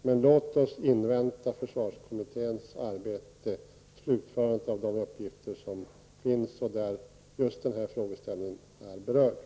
Men låt oss invänta att försvarskommittén slutför sina uppgifter, då just denna frågeställning berörs där.